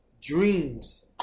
dreams